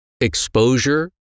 exposure